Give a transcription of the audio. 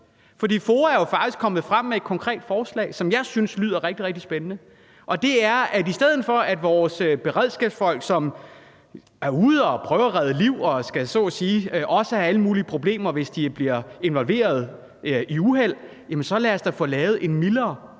for FOA er jo faktisk kommet frem med et konkret forslag, som jeg synes lyder rigtig, rigtig spændende. Og det er, at i stedet for at vores beredskabsfolk, som er ude og prøve at redde liv, så at sige også skal have alle mulige problemer, hvis de bliver involveret i uheld, så lad os da få lavet en mildere paragraf